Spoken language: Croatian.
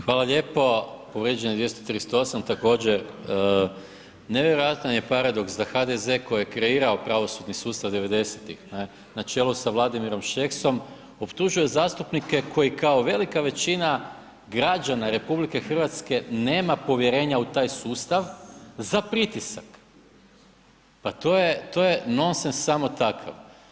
Hvala lijepo, povrijeđen je 238., također nevjerojatan je paradoks da HDZ koji je kreirao pravosudni sustav 90.-tih na čelu sa Vladimirom Šeksom optužuje zastupnike koji kao velika većina građana RH nema povjerenja u taj sustav za pritisak, pa to je, to je nonsen samo takav.